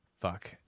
Fuck